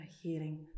healing